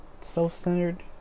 self-centered